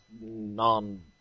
non